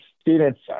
Students